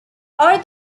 are